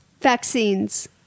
Vaccines